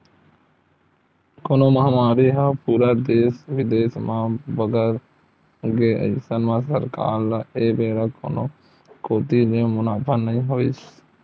corona महामारी ह पूरा देस बिदेस म बगर गे अइसन म सरकार ल ए बेरा कोनो कोती ले मुनाफा नइ होइस